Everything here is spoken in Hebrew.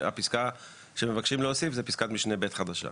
והפסקה שמבקשים להוסיף זה פסקת משנה (ב) חדשה.